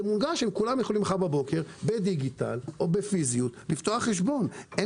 וכולם יכולים מחר בבוקר בדיגיטלי או בפיזיות לפתוח חשבון.